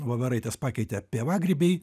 voveraites pakeitė pievagrybiai